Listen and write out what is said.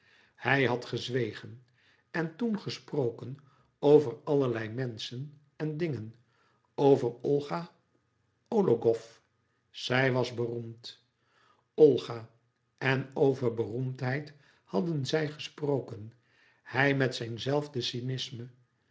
hij had gezwegen en toen gesproken over allerlei menschen en dingen over olga ologhow zij was beroemd olga en over beroemdheid hadden zij gesproken hij met zijn zelfde cynisme